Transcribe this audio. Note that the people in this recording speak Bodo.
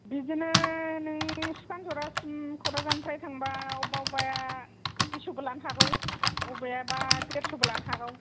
बिदिनो नों सुखानजरासिम कराझारनिफ्राय थांबा अबबा अबबाया दुइस'बो लानो हागौ अबेआबा देरस'बो लानो हागौ